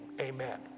amen